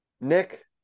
Nick